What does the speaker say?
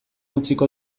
utziko